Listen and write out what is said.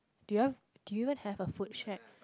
do you do you even have a food shack